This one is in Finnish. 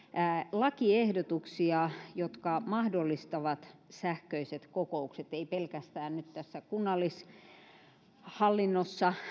lakiehdotuksia jotka mahdollistavat sähköiset kokoukset eivät pelkästään nyt tässä kunnallishallinnossa